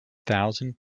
thousand